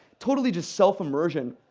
totally just self-immersion,